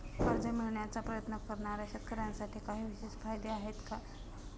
कर्ज मिळवण्याचा प्रयत्न करणाऱ्या शेतकऱ्यांसाठी काही विशेष फायदे आहेत का?